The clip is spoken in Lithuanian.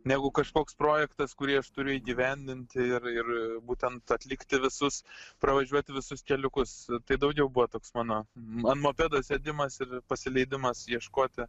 negu kažkoks projektas kurį aš turiu įgyvendinti ir ir būtent atlikti visus pravažiuoti visus keliukus tai daugiau buvo toks mano ant mopedo sėdimas ir pasileidimas ieškoti